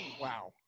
Wow